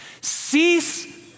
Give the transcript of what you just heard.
Cease